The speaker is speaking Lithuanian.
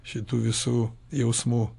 šitų visų jausmų